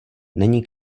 není